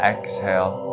Exhale